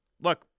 look